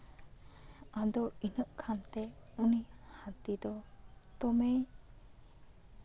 ᱟᱫᱚ ᱤᱱᱟᱹᱜ ᱠᱷᱟᱱᱜᱮ ᱩᱱᱤ ᱦᱟ ᱛᱤ ᱫᱚ ᱫᱚᱢᱮᱭ